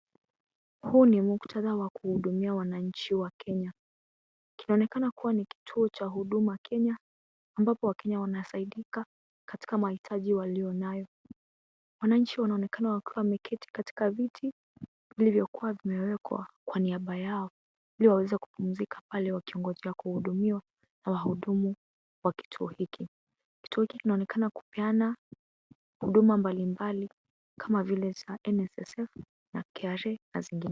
Huu ni muktadha wa kuhudumia wananchi wa Kenya kinaonekana kuwa ni kituo cha huduma Kenya ambapo wakenya wanasaidika katika mahitaji walio nayo wananchi wanaonekana wakiwa wameketi katika viti vilivyo kuwa vimeekwa kwa niaba yao ili waweze kupumzika pale wakingojea kuhudumiwa na wahudumu wa kituo hiki , kituo hiki kinaonekana kupeana huduma mbalimbali kama vile za nssf na kra na zingine.